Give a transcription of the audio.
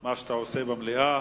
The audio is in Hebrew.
מה שאתה עושה במליאה.